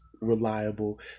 reliable